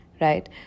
right